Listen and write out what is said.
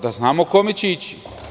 Da znamo kome će ići.